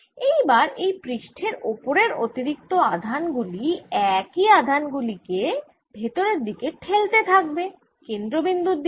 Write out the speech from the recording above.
এইবার এই পৃষ্ঠের ওপরের অতিরিক্ত আধান গুলি একই আধান গুলি কে ভেতরের দিকে ঠেলতে থাকবে কেন্দ্র বিন্দুর দিকে